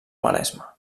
maresme